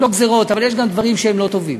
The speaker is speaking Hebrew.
לא גזירות, אבל יש גם דברים שהם לא טובים,